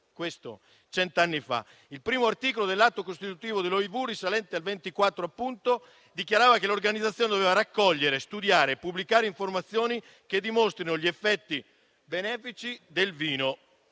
Questo cent'anni fa. Il primo articolo dell'atto costitutivo dell'OIV, risalente al 1924, dichiarava che l'organizzazione doveva raccogliere, studiare e pubblicare informazioni che dimostrassero gli effetti benefici del vino.